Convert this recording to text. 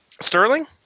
Sterling